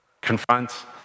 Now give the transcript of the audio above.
confront